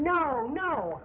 no no